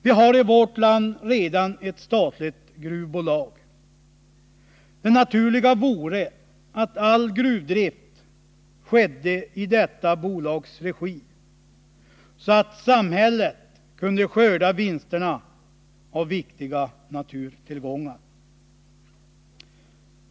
Vi har i vårt land redan ett statligt gruvbolag. Det naturliga vore att all gruvdrift skedde i detta bolags regi, så att samhället kunde skörda vinsterna av viktiga naturtillgångar.